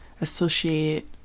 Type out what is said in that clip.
associate